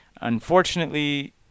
unfortunately